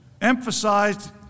emphasized